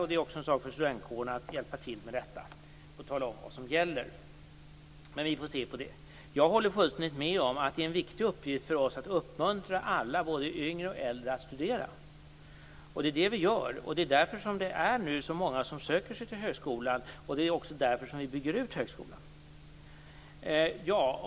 Det är också en sak för studentkårerna att hjälpa till med detta och tala om vad som gäller. Vi får se på detta. Jag håller fullständigt med om att det är en viktig uppgift för oss att uppmuntra alla, både yngre och äldre, att studera. Det är det vi gör! Det är därför så många nu söker sig till högskolan, och det är också därför som vi bygger ut högskolan.